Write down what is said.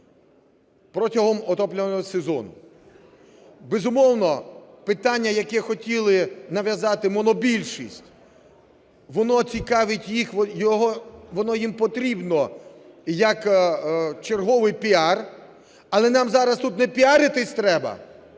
протягом опалювального сезону. Безумовно, питання, яке хотіли нав'язати монобільшість, воно їм потрібно як черговий піар. Але нам зараз тут не піаритися треба,